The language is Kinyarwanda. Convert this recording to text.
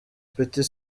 petit